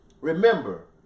Remember